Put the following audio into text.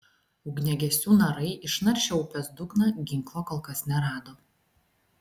ugniagesių narai išnaršę upės dugną ginklo kol kas nerado